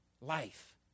life